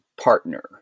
partner